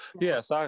Yes